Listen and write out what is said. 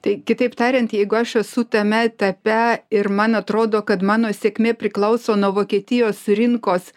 tai kitaip tariant jeigu aš esu tame etape ir man atrodo kad mano sėkmė priklauso nuo vokietijos rinkos